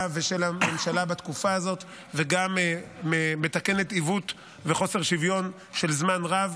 ושל הממשלה בתקופה הזאת וגם מתקנת עיוות וחוסר שוויון של זמן רב,